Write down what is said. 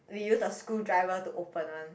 we use the screwdriver to open one